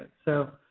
so,